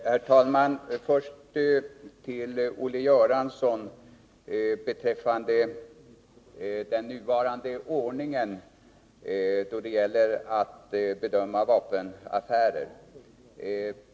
Herr talman! Först vill jag rikta mig till Olle Göransson beträffande den nuvarande ordningen när det gäller att bedöma vapenaffärer.